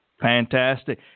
Fantastic